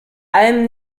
allem